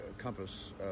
compass